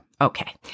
Okay